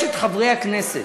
יש חברי הכנסת,